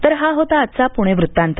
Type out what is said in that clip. तर हा होता आजचा पुणे वृत्तांत